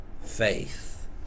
faith